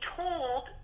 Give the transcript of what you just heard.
told